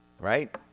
Right